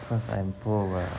cause I am poor [what]